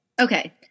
Okay